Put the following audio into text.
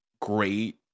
great